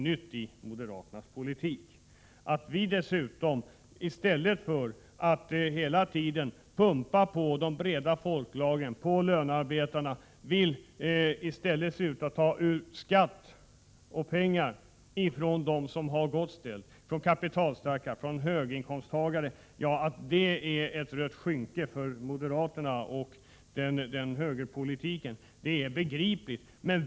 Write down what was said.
Det är också begripligt att det är ett rött skynke för moderaterna med deras högerpolitik att vi vill värna om lönearbetarna och i stället ta ut mer skatt av kapitalstarka människor och höginkomsttagare.